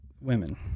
women